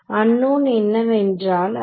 unknown என்னவென்றால் அது